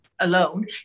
alone